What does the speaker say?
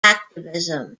activism